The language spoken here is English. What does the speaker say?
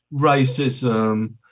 racism